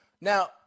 Now